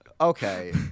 Okay